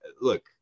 look